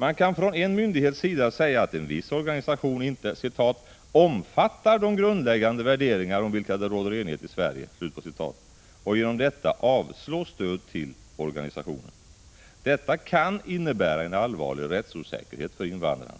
Man kan från en myndighets sida säga att en viss organisation inte ”omfattar de grundläggande värderingar om vilka det råder enighet i Sverige” och genom detta avslå stöd till organisationen. Detta kan innebära en allvarlig rättsosäkerhet för invandrarna.